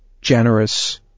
generous